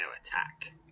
attack